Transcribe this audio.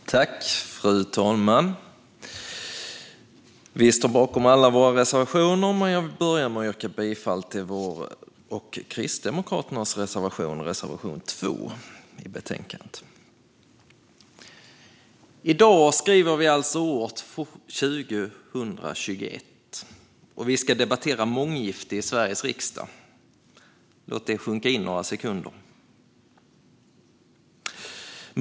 Fru talman! Vi sverigedemokrater står bakom alla våra reservationer, men jag vill börja med att yrka bifall till vår och Kristdemokraternas reservation, reservation 2. I dag skriver vi alltså år 2021, och vi ska debattera månggifte i Sveriges riksdag. Låt det sjunka in några sekunder.